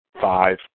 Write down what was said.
five